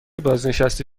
بازنشسته